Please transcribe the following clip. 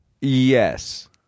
Yes